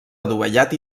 adovellat